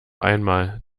einmal